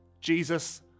Jesus